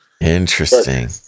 Interesting